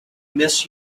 miss